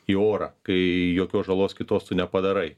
į orą kai jokios žalos kitos tu nepadarai